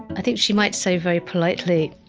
i think she might say very politely,